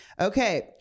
Okay